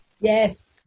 Yes